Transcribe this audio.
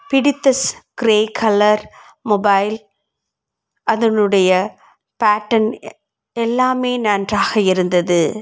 பிடித்த grey colour mobile அதனுடைய pattern எல்லாமே நன்றாக இருந்தது